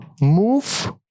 move